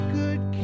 good